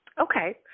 Okay